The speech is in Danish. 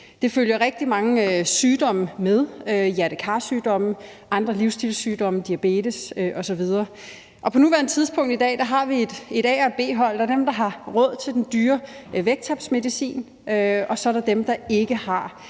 Der følger rigtig mange sygdomme med – hjerte-kar-sygdomme, andre livsstilssygdomme, diabetes osv. I dag har vi et A-hold og et B-hold: der er dem, der har råd til den dyre vægttabsmedicin, og så er der dem, der ikke har.